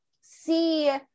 see